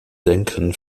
denken